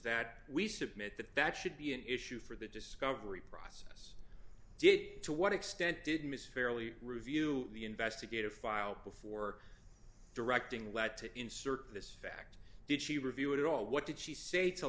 that we submit that that should be an issue for the discovery process did to what extent did ms fairly review the investigative file before directing led to insert this fact did she review it at all what did she say